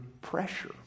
pressure